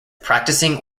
practicing